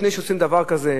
לפני שעושים דבר כזה,